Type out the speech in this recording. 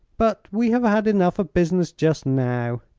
but we have had enough of business just now.